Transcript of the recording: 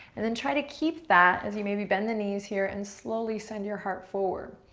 and then try to keep that, as you maybe bend the knees here, and slowly send your heart forward.